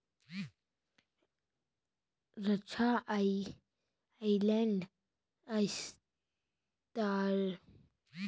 रद्दा island, Australorp, black Australorp ए कुकरी मन ह अंडा घलौ देथे अउ एकर मांस ह बेचाथे